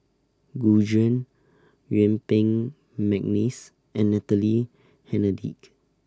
Gu Juan Yuen Peng Mcneice and Natalie Hennedige